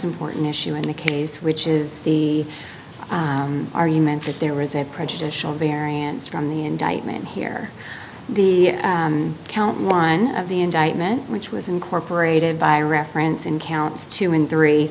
important issue in the case which is the argument that there is a prejudicial variance from the indictment here the count one of the indictment which was incorporated by reference in counts two and three